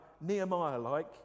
Nehemiah-like